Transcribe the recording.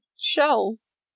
shells